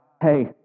hey